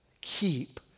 Keep